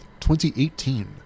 2018